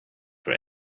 for